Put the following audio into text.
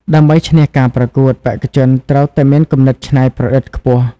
ដើម្បីឈ្នះការប្រកួត បេក្ខជនត្រូវតែមានគំនិតច្នៃប្រឌិតខ្ពស់។